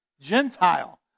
Gentile